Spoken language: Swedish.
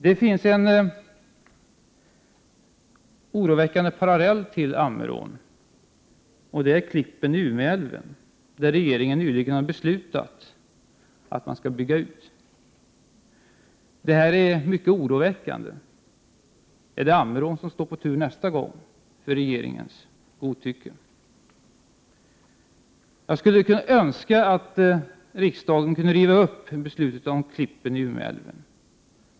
Det finns en oroväckande parallell till fallet Ammerån, och det är projektet Klippen i Umeälven, där regeringen nyligen beslutat om en utbyggnad. Detta är mycket oroväckande. Är det Ammerån som nästa gång står på tur för att bli föremål för regeringens godtycke? Jag önskar att riksdagen skulle kunna riva upp beslutet om projektet Klippen i Umeälven.